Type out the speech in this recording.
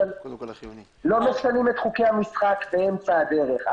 לא משנים את חוקי המשחק באמצע הדרך.